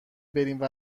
بریم